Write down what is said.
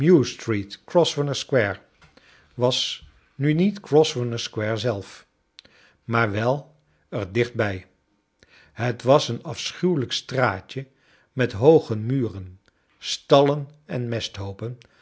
square was nu niet grosvernor square zelf maar wel er dichtbij het was een afschnwelijk straatje met hooge muren stallen en mesthoopen